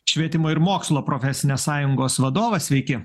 švietimo ir mokslo profesinės sąjungos vadovas sveiki